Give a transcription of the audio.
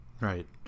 Right